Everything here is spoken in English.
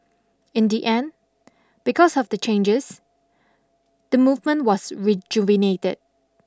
in the end because of the changes the movement was rejuvenated